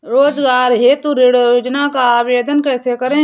स्वरोजगार हेतु ऋण योजना का आवेदन कैसे करें?